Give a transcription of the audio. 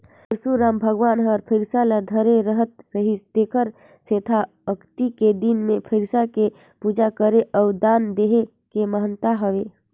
परसुराम भगवान हर फइरसा ल धरे रहत रिहिस तेखर सेंथा अक्ती के दिन मे फइरसा के पूजा करे अउ दान देहे के महत्ता हवे